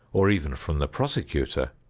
or even from the prosecutor,